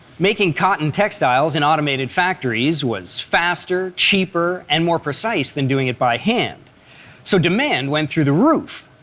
making cotton textiles in automated factories was faster, cheaper, and more precise than doing it by hand so demand went through the roof.